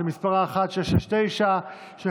פ/1669/24,